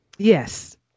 Yes